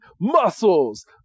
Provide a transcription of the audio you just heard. muscles